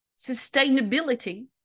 Sustainability